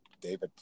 David